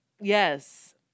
Yes